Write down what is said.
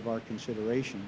of our consideration